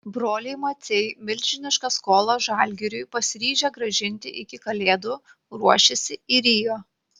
broliai maciai milžinišką skolą žalgiriui pasiryžę grąžinti iki kalėdų ruošiasi į rio